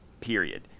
period